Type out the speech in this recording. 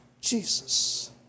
Jesus